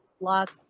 Lots